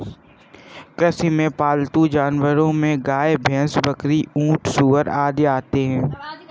कृषि में पालतू जानवरो में गाय, भैंस, बकरी, ऊँट, सूअर आदि आते है